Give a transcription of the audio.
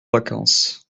vacances